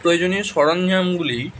প্রয়োজনীয় সরঞ্জামগুলি